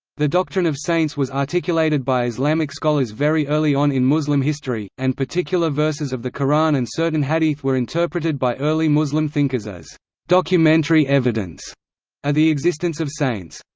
the doctrine of saints was articulated by islamic scholars very early on in muslim history, and particular verses of the quran and certain hadith were interpreted by early muslim thinkers as documentary evidence of the existence of saints.